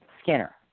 Skinner